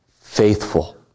Faithful